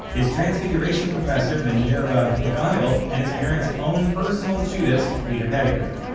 his transfiguration professor minerva mcgonagall and his parents' own personal judas, peter pettigrew.